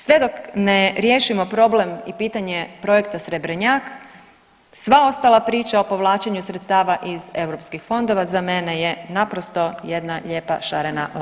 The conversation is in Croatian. Sve dok ne riješimo problem i pitanje projekta Srebrnjak sva ostala priča o povlačenju sredstava iz europskih fondova za mene je naprosto jedna lijepa šarena laža.